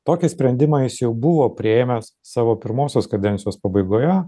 tokį sprendimą jis jau buvo priėmęs savo pirmosios kadencijos pabaigoje